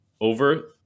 over